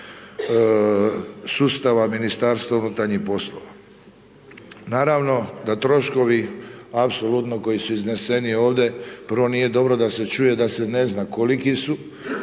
sustava Ministarstva unutarnjih poslova. Naravno da troškovi apsolutno koji su izneseni ovdje, prvo nije dobro da se čuje da se ne zna koliki su,